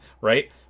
right